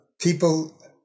people